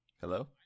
Hello